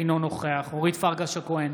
אינו נוכח אורית פרקש הכהן,